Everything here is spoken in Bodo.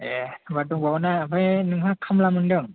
ए होमबा दंबावोना आमफाय नोंहा खामला मोनदों